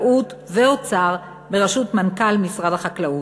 החקלאות והאוצר, בראשות מנכ"ל משרד החקלאות.